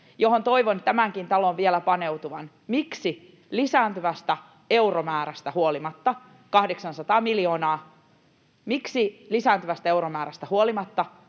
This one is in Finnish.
mihin toivon tämänkin talon vielä paneutuvan: miksi lisääntyvästä euromäärästä huolimatta, 800 miljoonaa, hallituksen tavoite poliisien